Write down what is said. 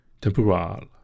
Temporal